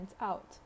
out